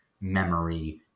memory